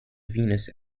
venous